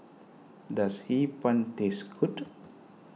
does Hee Pan taste good